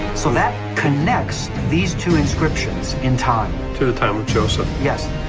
so that connects these two inscriptions in time. to the time of joseph. yes.